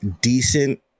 decent